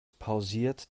pausiert